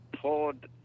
told